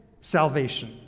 salvation